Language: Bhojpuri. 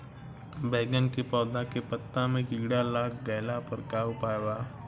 बैगन के पौधा के पत्ता मे कीड़ा लाग गैला पर का उपाय बा?